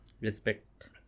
respect